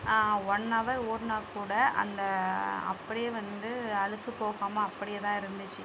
one அவர் ஓடினாக் கூட அந்த அப்படியே வந்து அழுக்கு போகாமல் அப்படியேதான் இருந்துச்சு